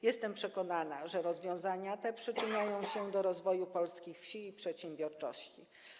Jestem przekonana, że rozwiązania te przyczyniają się do rozwoju polskich wsi i przedsiębiorczości.